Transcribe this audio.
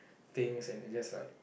things and they're just like